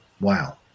Wow